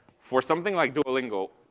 for something like duolingo,